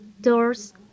doors